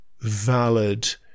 valid